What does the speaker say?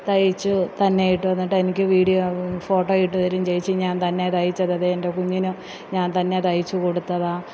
തയിച്ച് തന്നെ ഇട്ട് തന്നിട്ട് എനിക്ക് വീഡിയോ ഫോട്ടോ ഇട്ട് തരും ചേച്ചി ഞാൻ തന്നെ തയിച്ചതാണ് ദേ എന്റെ കുഞ്ഞിന് ഞാന് തന്നെ തയിച്ച് കൊടുത്തതാണ്